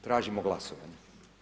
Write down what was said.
Tražimo glasovanje.